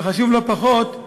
וחשוב לא פחות,